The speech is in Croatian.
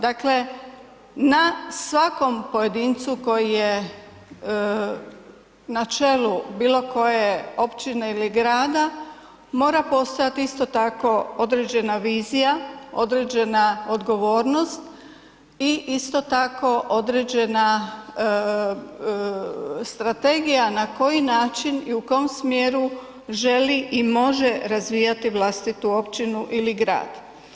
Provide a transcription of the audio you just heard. Dakle, na svakom pojedincu koji je na čelu bilo koje općine ili grada mora postojati isto tako određena vizija, određena odgovornost i isto tako određena strategija na koji način i u kom smjeru želi i može razvijati vlastitu općinu ili grad.